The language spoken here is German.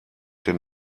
den